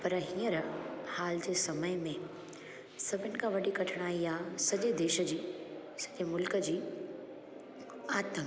पर हींअर हाल जे समय में सभिनी खां वॾी कठिनाई आहे सॼे देश जी सॼे मुल्क जी आतंक